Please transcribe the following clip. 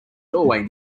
doorway